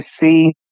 see